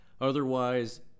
Otherwise